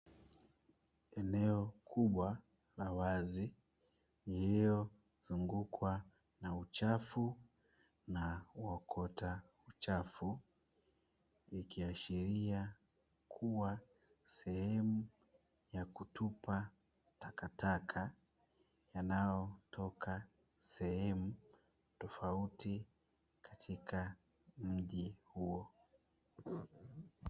Eneo kubwa la wazi likizungukwa na uchafu ikiashiria ni sehemu ya kutupa taka taka